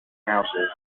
houses